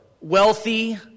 wealthy